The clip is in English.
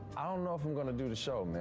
i don't know if i'm going to do the show, man.